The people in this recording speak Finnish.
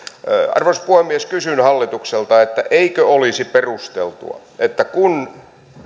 arvoisa puhemies kysyn hallitukselta eikö olisi perusteltua että kun